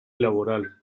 laboral